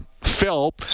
Phil